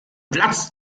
platzt